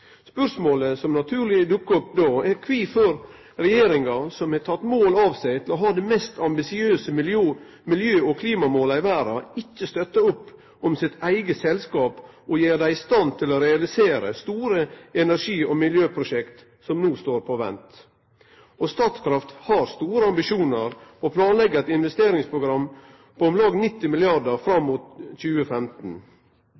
Spørsmålet som naturleg dukkar opp då, er kvifor regjeringa, som har teke mål av seg til å ha dei mest ambisiøse miljø- og klimamåla i verda, ikkje støttar opp om sitt eige selskap og gjer dei i stand til å realisere store energi- og miljøprosjekt som no står på vent. Statkraft har store ambisjonar og planlegg eit investeringsprogram på om lag 90